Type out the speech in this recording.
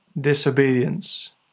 disobedience